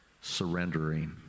surrendering